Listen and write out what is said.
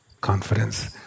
Confidence